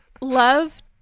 love